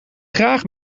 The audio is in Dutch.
graag